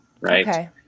Right